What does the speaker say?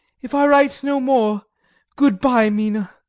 if i write no more good-bye, mina!